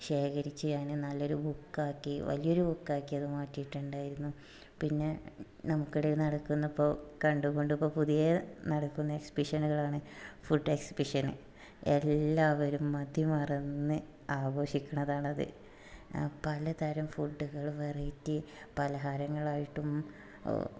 ശേഖരിച്ച് ഞാൻ നല്ലൊരു ബുക്കാക്കി വലിയൊരു ബുക്കാക്കി അത് മാറ്റിയിട്ടുണ്ടായിരുന്നു പിന്നെ നമുക്കിടയിൽ നടക്കുന്നപ്പോൾ കണ്ട് കൊണ്ടപ്പം നടക്കുന്ന പുതിയ എക്സിബിഷനുകളാണ് ഫുഡ് എക്സിബിഷന് എല്ലാവരും മതി മറന്ന് ആഘോഷിക്കണതാണത് ആ പലതരം ഫുഡ്കള് വെറൈറ്റി പലഹാരങ്ങളായിട്ടും